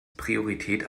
priorität